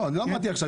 לא אמרתי עכשיו.